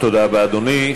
תודה רבה, אדוני.